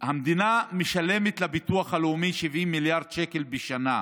המדינה משלמת לביטוח הלאומי 70 מיליארד שקל בשנה.